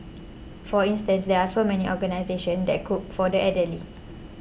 for instance there are so many organisations that cook for the elderly